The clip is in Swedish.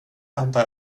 antar